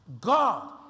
God